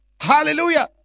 hallelujah